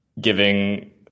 giving